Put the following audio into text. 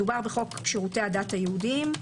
מדובר בחוק שירותי הדת היהודיים,